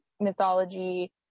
mythology